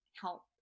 help